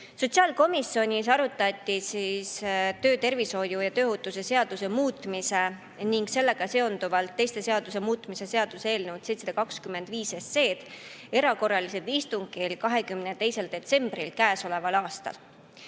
Sotsiaalkomisjonis arutati töötervishoiu ja tööohutuse seaduse muutmise ning sellega seonduvalt teiste seaduste muutmise seaduse eelnõu 725 erakorralisel istungil 22. detsembril käesoleval